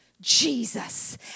Jesus